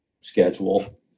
schedule